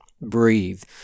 breathe